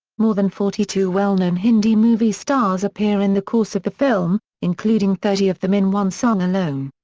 more than forty-two well-known hindi movie stars appear in the course of the film, including thirty of them in one song alone.